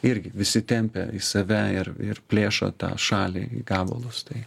irgi visi tempia į save ir ir plėšo tą šalį į gabalus tai